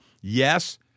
Yes